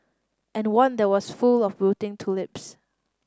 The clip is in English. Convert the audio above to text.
and one that was full of wilting tulips